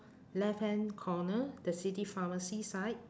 left hand corner the city pharmacy side